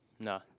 No